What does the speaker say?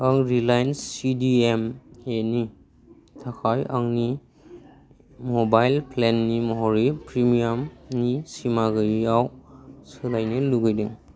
आं Reliance C D M A नि थाखाय आंनि मबाइल प्लेन महरै प्रिमियामनिफ्राय सिमा गैयैआव सोलायनो लुगैदों